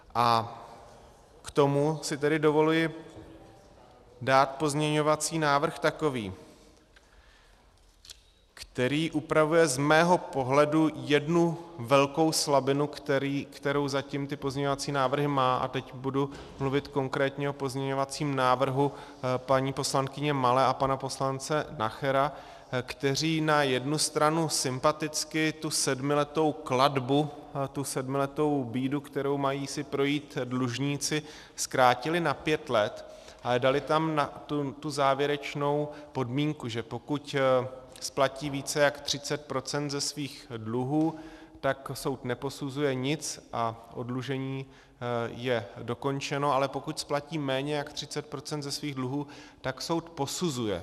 A k tomu si tedy dovoluji dát pozměňovací návrh takový, který upravuje z mého pohledu jednu velkou slabinu, kterou zatím ty pozměňovací návrhy mají, a teď budu mluvit konkrétně o pozměňovacím návrhu paní poslankyně Malé a pana poslance Nachera, kteří na jednu stranu sympaticky tu sedmiletou klatbu, tu sedmiletou bídu, kterou si mají projít dlužníci, zkrátili na pět let, ale dali tam tu závěrečnou podmínku, že pokud splatí více jak 30 % ze svých dluhů, tak soud neposuzuje nic a oddlužení je dokončeno, ale pokud splatí méně jak 30 % ze svých dluhů, tak soud posuzuje.